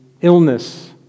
illness